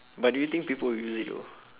but do you think people will use it though